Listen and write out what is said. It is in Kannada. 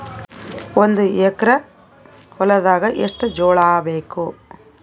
ಒಂದು ಎಕರ ಹೊಲದಾಗ ಎಷ್ಟು ಜೋಳಾಬೇಕು?